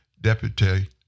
Deputy